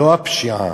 ולא הפשיעה,